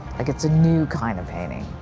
like, it's a new kind of painting.